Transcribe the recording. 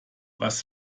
was